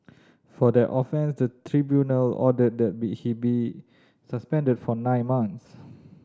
for that offence the tribunal ordered that be he be suspended for nine months